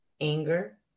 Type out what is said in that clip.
anger